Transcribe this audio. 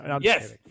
Yes